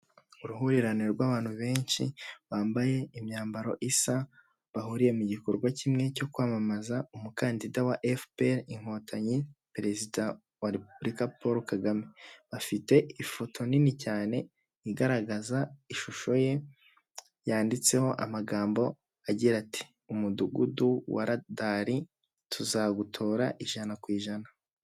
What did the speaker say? Uruhurirane rw'abantu benshi bambaye imyambaro isa, bahuriye mu gikorwa kimwe cyo kwamamaza umukandida wa efuperi inkotanyi, perezida wa Repubulika Polo Kagame. Bafite ifoto nini cyane igaragaza ishusho ye, yanditseho amagambo agira ati; "Umudugudu wa radari tuzagutora ijana ku ijana."